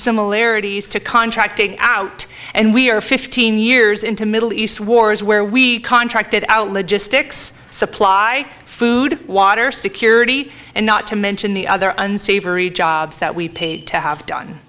similarities to contracting out and we are fifteen years into middle east wars where we contracted out logistics supply food water security and not to mention the other unsavory jobs that we paid to have done